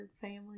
family